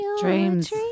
Dreams